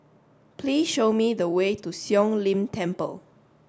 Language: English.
please show me the way to Siong Lim Temple